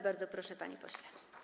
Bardzo proszę, panie pośle.